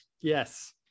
Yes